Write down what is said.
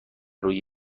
روی